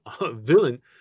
villain